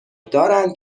دارن